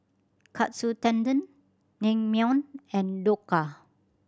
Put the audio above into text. Katsu Tendon Naengmyeon and Dhokla